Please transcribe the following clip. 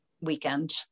weekend